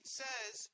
says